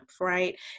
right